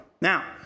Now